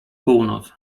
północ